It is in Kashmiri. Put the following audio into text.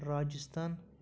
راجِستان